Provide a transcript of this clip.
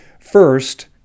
First